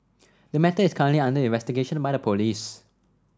the matter is currently under investigation by the police